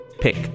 pick